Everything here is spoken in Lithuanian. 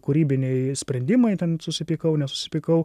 kūrybiniai sprendimai ten susipykau nesusipykau